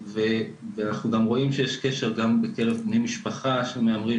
ואנחנו רואים שיש גם קשר בקרב בני משפחה של מהמרים,